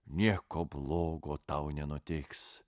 nieko blogo tau nenutiks